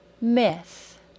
Myth